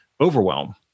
overwhelm